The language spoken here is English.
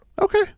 Okay